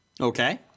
Okay